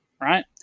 right